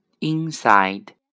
inside